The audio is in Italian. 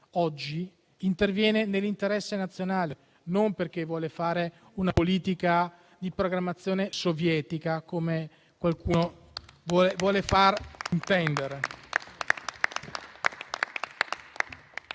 oggi, lo fa nell'interesse nazionale e non perché vuole fare una politica di programmazione sovietica come qualcuno vuole far intendere.